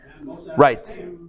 Right